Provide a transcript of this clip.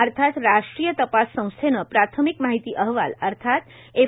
अर्थात राष्ट्रीय तपास संस्थेनं प्राथमिक माहिती अहवाल अर्थात एफ